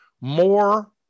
more